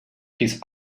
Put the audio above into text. his